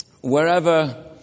Wherever